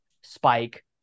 spike